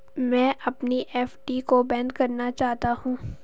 मैं अपनी एफ.डी को बंद करना चाहता हूँ